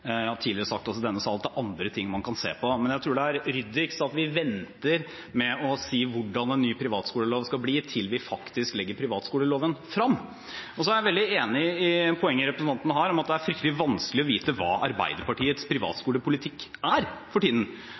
Jeg har tidligere sagt, også i denne sal, at det er andre ting man kan se på. Men jeg tror det er ryddigst at vi venter med å si hvordan en ny privatskolelov skal bli, til vi faktisk legger privatskoleloven frem. Så er jeg veldig enig i det poenget representanten har, at det er fryktelig vanskelig å vite hva Arbeiderpartiets privatskolepolitikk er for tiden.